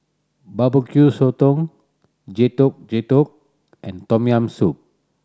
Barbecue Sotong Getuk Getuk and Tom Yam Soup